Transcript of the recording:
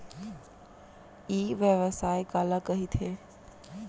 ई व्यवसाय काला कहिथे?